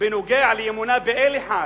בנוגע לאמונה באל אחד,